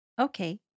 Okay